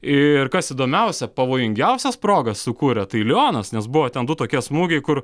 ir kas įdomiausia pavojingiausias progas sukūrė tai lionas nes buvo ten du tokie smūgiai kur